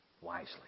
wisely